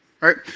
Right